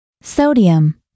Sodium